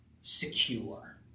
Secure